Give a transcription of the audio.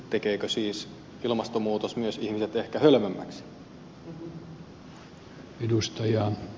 tekeekö siis ilmastonmuutos myös ihmiset ehkä hölmömmiksi